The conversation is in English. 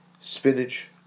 spinach